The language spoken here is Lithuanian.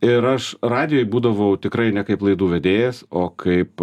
ir aš radijoj būdavau tikrai ne kaip laidų vedėjas o kaip